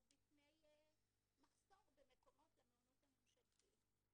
בפני מחסור במקומות למעונות הממשלתיים.